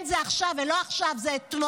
כן, זה עכשיו, לא עכשיו, זה אתמול.